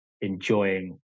enjoying